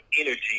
energy